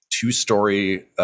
two-story